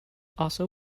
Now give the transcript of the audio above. also